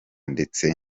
ndetse